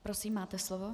Prosím, máte slovo.